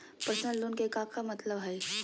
Personal loan के का मतलब हई?